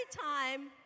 time